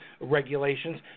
regulations